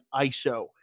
ISO